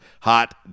hot